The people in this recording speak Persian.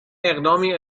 اقدامی